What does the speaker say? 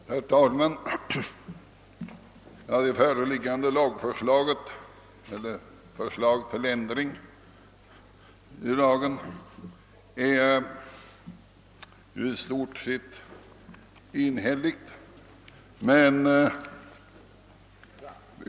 Herr talman! Det föreligganae förslaget till ändring i lagen har utskottet i stort sett enhälligt tillstyrkt.